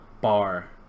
bar